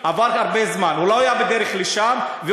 הוא לא היה בדרך לשם, כי עבר הרבה זמן.